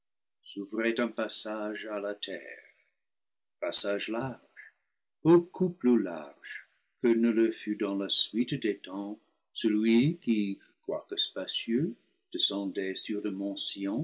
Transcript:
s'ouvraii un passage à la terre passage large beaucoup plus large que ne le fut dans la suite des temps celui qui quoique spacieux descendait sur le